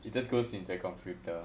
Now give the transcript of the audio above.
it just goes into the computer